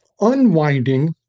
unwinding